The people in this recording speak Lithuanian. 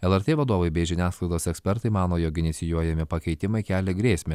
lrt vadovai bei žiniasklaidos ekspertai mano jog inicijuojami pakeitimai kelia grėsmę